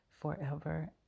forever